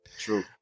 True